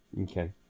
Okay